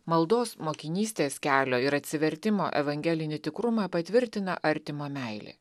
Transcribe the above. maldos mokinystės kelio ir atsivertimo evangelinį tikrumą patvirtina artimo meilė